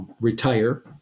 retire